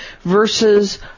versus